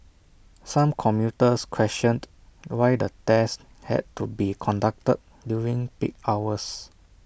some commuters questioned why the tests had to be conducted during peak hours